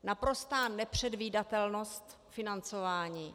Naprostá nepředvídatelnost financování.